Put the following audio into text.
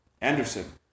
Anderson